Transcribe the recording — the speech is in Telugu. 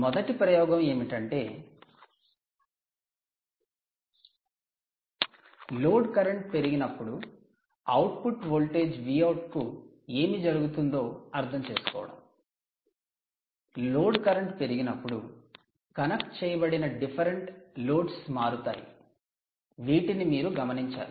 మొదటి ప్రయోగం ఏమిటంటే లోడ్ కరెంట్ పెరిగినప్పుడు అవుట్పుట్ వోల్టేజ్ Vout కు ఏమి జరుగుతుందో అర్థం చేసుకోవడం లోడ్ కరెంట్ పెరిగినప్పుడు కనెక్ట్ చేయబడిన డిఫరెంట్ లోడ్స్ మారతాయి వీటిని మీరు గమనించాలి